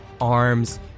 arms